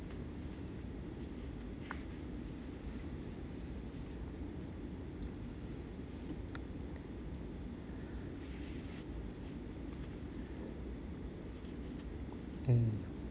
mm